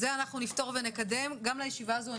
אנחנו נקדם את זה.